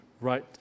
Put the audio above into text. right